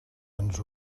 ens